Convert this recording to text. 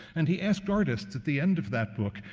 and he asked artists at the end of that book,